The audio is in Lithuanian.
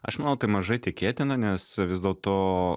aš manau tai mažai tikėtina nes vis dėlto